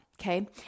okay